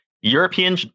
European